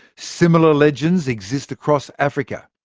similar legends exist across africa,